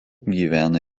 gyvena